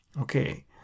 Okay